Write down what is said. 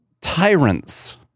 Tyrants